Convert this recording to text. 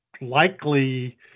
likely